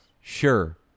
Sure